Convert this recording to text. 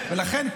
לכן,